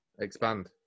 Expand